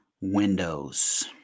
windows